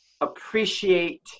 appreciate